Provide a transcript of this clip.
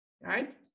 right